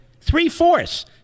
Three-fourths